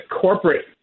corporate